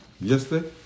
Yesterday